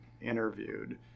interviewed